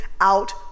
out